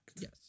Yes